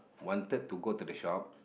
wanted to go to the shop